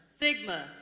Sigma